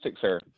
sir